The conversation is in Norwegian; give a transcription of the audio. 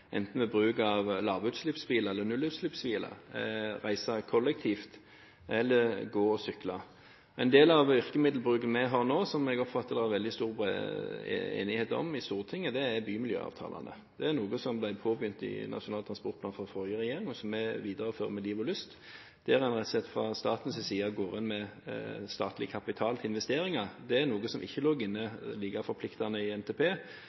enten ved bruk av lavutslippsbiler eller nullutslippsbiler, ved å reise kollektivt eller ved å gå og sykle. En del av virkemiddelbruken vi har nå, som jeg oppfatter at det er veldig stor enighet om i Stortinget, er bymiljøavtalene. Det er noe som ble påbegynt i Nasjonal transportplan av den forrige regjeringen, og som vi viderefører med liv og lyst, der en rett og slett fra statens side går inn med en statlig kapital til investeringer. Det er noe som ikke ligger like forpliktende inne i NTP,